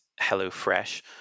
HelloFresh